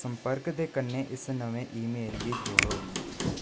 संपर्क दे कन्नै इस नमें ईमेल गी जोड़ो